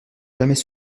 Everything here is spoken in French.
jamais